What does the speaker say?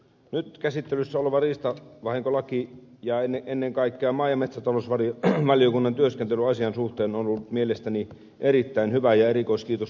nyt käsittelyssä oleva riistavahinkolaki on mielestäni erittäin hyvä ja hyvää on ennen kaikkea ollut maa ja metsätalousvaliokunnan työskentely asian suhteen ja erikoiskiitos kuuluu myös ministeriölle